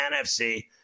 NFC